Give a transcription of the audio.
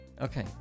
okay